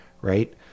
Right